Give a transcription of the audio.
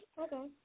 Okay